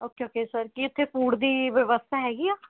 okay okay sir ਕੀ ਇੱਥੇ food ਦੀ ਵਿਵਸਥਾ ਹੈਗੀ ਆ